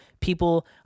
people